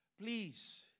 Please